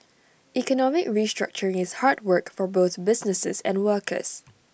economic restructuring is hard work for both businesses and workers